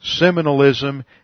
Seminalism